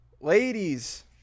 Ladies